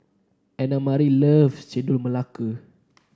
Annamarie loves Chendol Melaka